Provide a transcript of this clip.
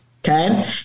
Okay